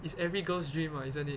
it's every girl's dream ah isn't it